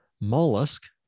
mollusk